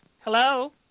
hello